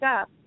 up